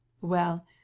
Well